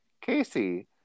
Casey